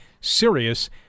serious